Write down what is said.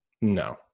No